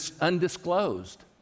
undisclosed